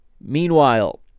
Meanwhile